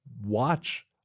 watch